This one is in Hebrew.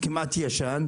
כמעט ישן?